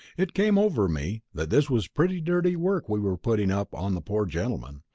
it came over me that this was pretty dirty work we were putting up on the poor gentleman,